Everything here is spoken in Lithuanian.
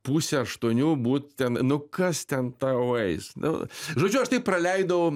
pusę aštuonių būt ten nu kas ten tau eis nu žodžiu aš taip praleidau